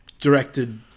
directed